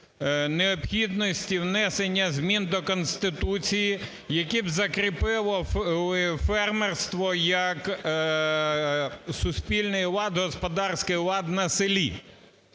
необхідності внесення змін до Конституції, які б закріпили фермерство як суспільний лад, господарський лад на селі.